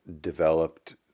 developed